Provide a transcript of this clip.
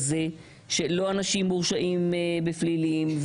לא אנשים מורשעים בפלילים,